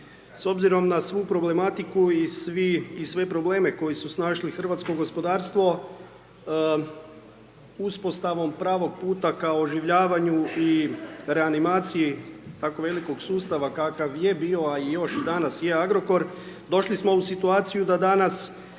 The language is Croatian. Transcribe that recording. s obzirom na svu problematiku i sve probleme koji su snašli hrvatsko gospodarstvo uspostavom pravog puta ka oživljavanju i reanimaciji tako velikog sustava kakav je bio, a i još danas je Agrokor došli smo u situaciju da danas